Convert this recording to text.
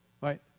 right